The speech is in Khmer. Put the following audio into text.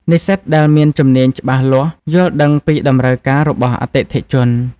និស្សិតដែលមានជំនាញច្បាស់លាស់យល់ដឹងពីតម្រូវការរបស់អតិថិជន។